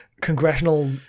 congressional